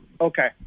Okay